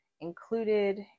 included